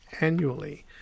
annually